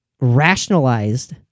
rationalized